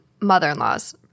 mother-in-laws